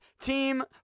team